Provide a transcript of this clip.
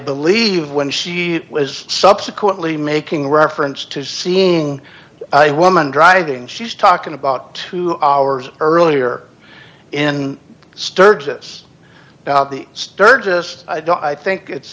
believe when she was subsequently making reference to seeing a woman driving she's talking about two hours earlier in sturgis about the sturgis i think it's